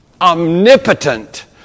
omnipotent